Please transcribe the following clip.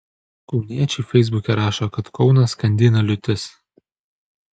kauniečiai feisbuke rašo kad kauną skandina liūtis